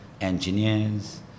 engineers